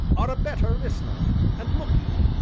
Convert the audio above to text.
are a better listener, and, look you,